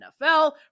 nfl